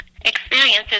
experiences